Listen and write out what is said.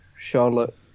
Charlotte